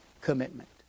commitment